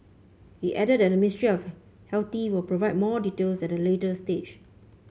he added that the Ministry of Healthy will provide more details at the later stage